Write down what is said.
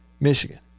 Michigan